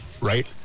right